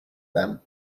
them